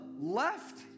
left